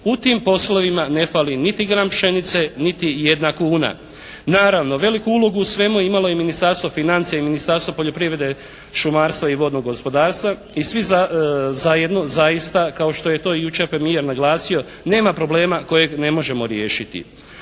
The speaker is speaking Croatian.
U tim poslovima ne fali niti gram pšenice niti jedna kuna. Naravno, veliku ulogu u svemu imalo je i Ministarstvo financija i Ministarstvo poljoprivrede, šumarstva i vodnog gospodarstva i svi zajedno zaista kao što je to jučer i premijer naglasio nema problema kojeg ne možemo riješiti.